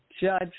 judge